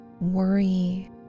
worry